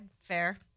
fair